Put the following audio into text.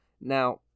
Now